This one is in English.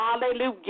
hallelujah